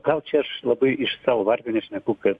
gal čia aš labai iš savo varpinės šneku kad